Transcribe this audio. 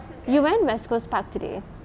you went west coast park today